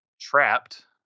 Trapped